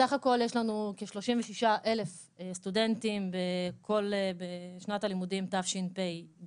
סך הכול יש לנו כ-36,000 סטודנטים בשנת הלימודים תשפ"ג,